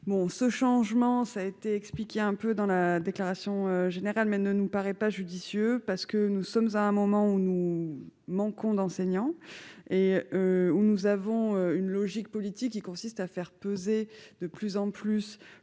ce changement, ça été explique qu'il y a un peu dans la déclaration générale mais ne nous paraît pas judicieux parce que nous sommes à un moment où nous manquons d'enseignants et où nous avons une logique politique qui consiste à faire peser de plus en plus le le coût